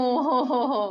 okay